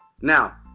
now